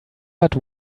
but